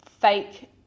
fake